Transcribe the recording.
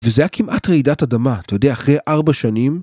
וזה היה כמעט רעידת אדמה, אתה יודע, אחרי ארבע שנים.